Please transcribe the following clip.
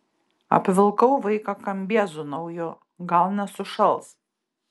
apvilkau vaiką kambiezu nauju gal nesušals